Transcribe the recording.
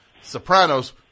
sopranos